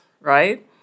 Right